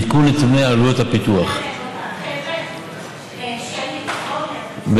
וקודמה בכנסת הזאת בכל הכוח על ידי חבר הכנסת אורי מקלב